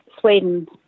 Sweden